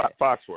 Foxworth